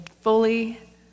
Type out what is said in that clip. fully